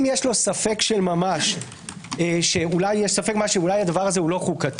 אם יש לו ספק של ממש שהדבר הזה אינו חוקתי,